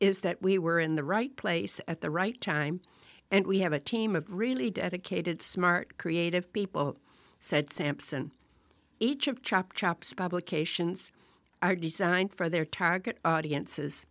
is that we were in the right place at the right time and we have a team of really dedicated smart creative people said sampson each of chopped chops publications are designed for their target audiences